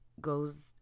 goes